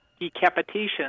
decapitation